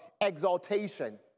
exaltation